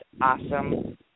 awesome